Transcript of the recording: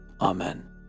amen